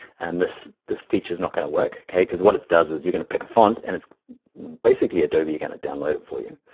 and this this feature's not gonna work, okay, cuz what it does is you're gonna pick a font, and it's basically adobe gonna download it for you.